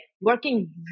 working